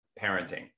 parenting